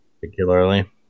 particularly